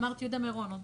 אמרת יהודה מירון.